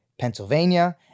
Pennsylvania